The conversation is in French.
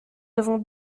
avons